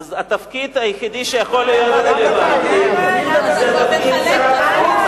אז התפקיד היחידי שיכול להיות רלוונטי זה תפקיד שר החוץ,